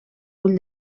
ull